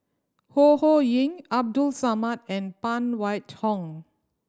Ho Ho Ying Abdul Samad and Phan Wait Hong